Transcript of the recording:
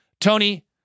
Tony